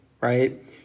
right